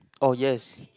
oh yes